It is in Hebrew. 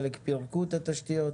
חלק פירקו את התשתיות.